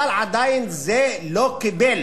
אבל זה עדיין לא קיבל